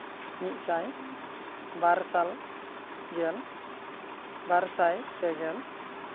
ᱢᱤᱫ ᱥᱟᱭ ᱵᱟᱨ ᱥᱟᱭ ᱜᱮᱞ ᱵᱟᱨ ᱥᱟᱭ ᱯᱮ ᱜᱮᱞ